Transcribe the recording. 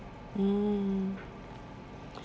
mm